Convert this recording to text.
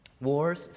Wars